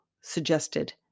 suggested